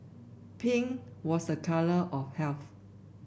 pink was a colour of health